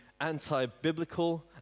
anti-biblical